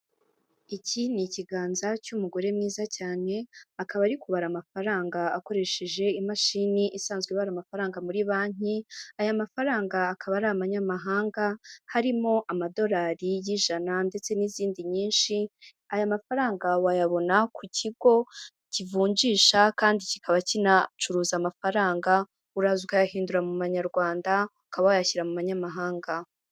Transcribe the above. Iki ni ikiganza cy'umugore mwiza cyane, akaba ari kubara amafaranga akoresheje imashini isanzwe ibara amafaranga muri Banki, aya mafaranga akaba ari amanyamahanga, harimo amadolari y'ijana ndetse n'izindi nyinshi, aya mafaranga wayabona ku kigo kivunjisha kandi kikaba kinacuruza amafaranga, uraza ukayahindura mu manyarwanda ukaba wayashyira mu manyamahanga.